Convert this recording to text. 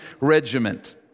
regiment